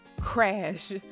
crash